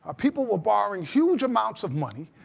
ah people were borrowing huge amounts of money.